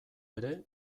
ere